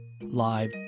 Live